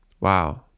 Wow